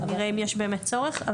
נראה אם יש באמת צורך.